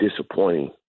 disappointing